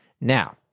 Now